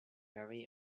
very